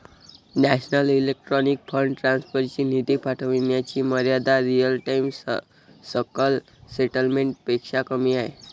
national electronic fund transfer ची निधी पाठविण्याची मर्यादा रिअल टाइम सकल सेटलमेंट पेक्षा कमी आहे